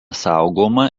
saugoma